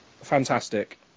Fantastic